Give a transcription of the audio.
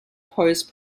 poise